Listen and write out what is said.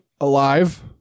alive